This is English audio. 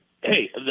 Hey